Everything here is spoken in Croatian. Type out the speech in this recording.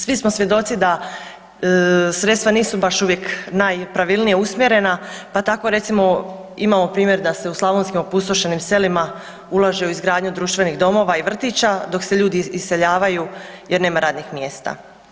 Svi smo svjedoci da sredstva nisu baš uvijek najpravilnije usmjerena, pa tako recimo imamo primjer da se u slavonskim opustošenim selima ulaže u izgradnju društvenih domova i vrtića dok se ljudi iseljavaju jer nema radnih mjesta.